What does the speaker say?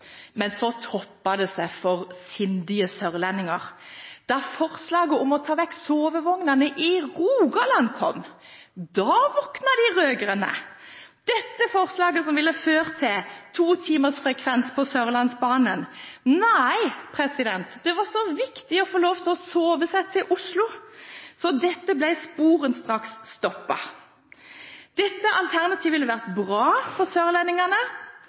Men så toppet det seg for sindige sørlendinger da forslaget om å ta vekk sovevognene i Rogaland kom. Da våknet de rød-grønne. Dette forslaget, som ville ført til to timers frekvens på Sørlandsbanen, ble sporenstreks stoppet, for det var så viktig å få lov til å sove seg til Oslo. Dette alternativet ville vært bra for sørlendingene